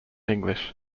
english